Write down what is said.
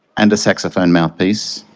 and a saxophone mouthpiece.